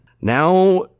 Now